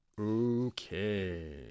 Okay